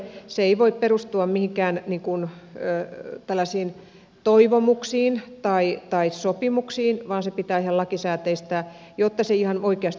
se ei voi perustua mihinkään toivomuksiin tai sopimuksiin vaan se pitää ihan lakisääteistää jotta se ihan oikeasti toimii